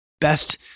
best